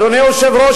אדוני היושב-ראש,